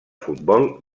futbol